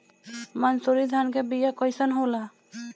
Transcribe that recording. मनसुरी धान के बिया कईसन होला?